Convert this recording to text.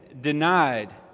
denied